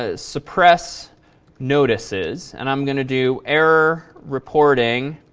ah suppress notices. and i'm going to do, error reporting